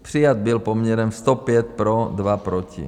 Přijat byl poměrem 105 pro, 2 proti.